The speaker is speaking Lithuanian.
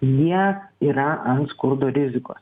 jie yra ant skurdo rizikos